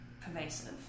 pervasive